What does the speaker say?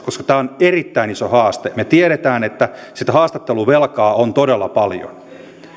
koska tämä on erittäin iso haaste me tiedämme että haastatteluvelkaa on todella paljon